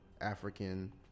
African